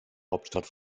hauptstadt